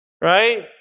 Right